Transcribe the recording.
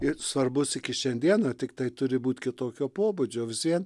ir svarbus iki šiandiena tiktai turi būti kitokio pobūdžio visiems